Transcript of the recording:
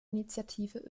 initiative